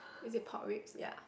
is it pork ribs ya